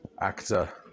actor